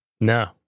No